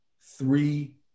three